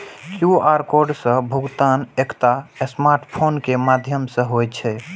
QR code सं भुगतान एकटा स्मार्टफोन के माध्यम सं होइ छै